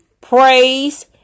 praise